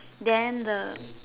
then the